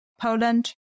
Poland